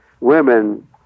women